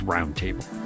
Roundtable